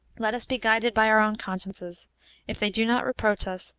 let us be guided by our own consciences if they do not reproach us,